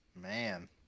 Man